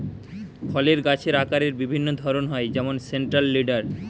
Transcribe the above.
ফলের গাছের আকারের বিভিন্ন ধরন হয় যেমন সেন্ট্রাল লিডার